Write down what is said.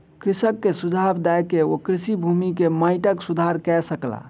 कृषक के सुझाव दय के ओ कृषि भूमि के माइटक सुधार कय सकला